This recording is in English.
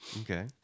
Okay